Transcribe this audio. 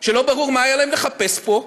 שלא ברור מה היה להם לחפש פה,